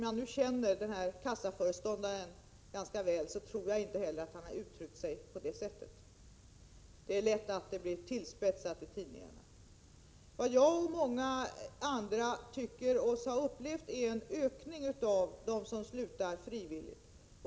Jag känner denne kassaföreståndare ganska väl, och jag tror inte att han har uttryckt sig på detta sätt. Det som sägs blir ofta tillspetsat i tidningar. Vad jag liksom många andra har märkt är att det skett en ökning av antalet personer som slutar frivilligt.